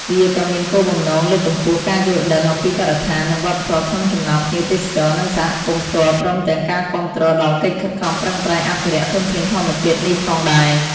វាក៏មានគោលបំណងលើកកម្ពស់ការយល់ដឹង អំពីបរិស្ថាន និងវប្បធម៌ក្នុងចំណោមភ្ញៀវទេសចរ និងសហគមន៍ផ្ទាល់ព្រមទាំងការគាំទ្រដល់កិច្ចខិតខំប្រឹងប្រែងអភិរក្សធនធានធម្មជាតិនេះផងដែរ។